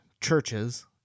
churches